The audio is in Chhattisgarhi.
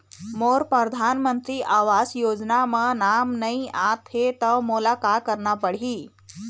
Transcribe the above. मोर परधानमंतरी आवास योजना म नाम नई आत हे त मोला का करना पड़ही?